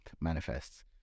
manifests